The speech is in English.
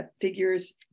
figures